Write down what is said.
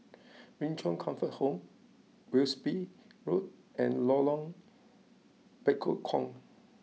Min Chong Comfort Home Wilby Road and Lorong Bekukong